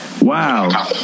Wow